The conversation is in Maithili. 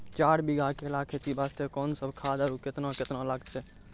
चार बीघा केला खेती वास्ते कोंन सब खाद आरु केतना केतना लगतै?